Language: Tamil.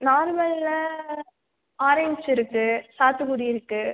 நார்மலில் ஆரஞ்ச் இருக்கு சாத்துக்குடி இருக்கு